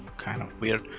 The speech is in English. kind of weird.